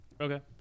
okay